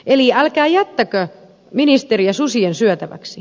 eli älkää jättäkö ministeriä susien syötäväksi